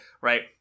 right